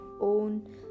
own